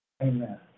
Amen